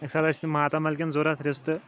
اکہِ سات ٲسۍ ماتمال کٮ۪ن ضروٗرَت رِستہٕ